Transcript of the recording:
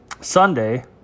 Sunday